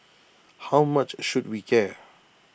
how much should we care